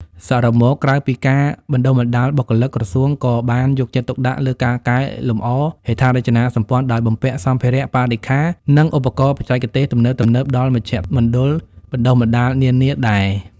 សរុបមក ក្រៅពីការបណ្តុះបណ្តាលបុគ្គលិក ក្រសួងក៏បានយកចិត្តទុកដាក់លើ ការកែលម្អហេដ្ឋារចនាសម្ព័ន្ធ ដោយបំពាក់សម្ភារៈ បរិក្ខារ និងឧបករណ៍បច្ចេកទេសទំនើបៗដល់មជ្ឈមណ្ឌលបណ្តុះបណ្តាលនានាដែរ។